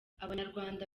abanyarwanda